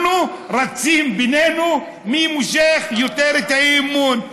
אנחנו רצים בינינו מי מושך יותר את האי-אמון.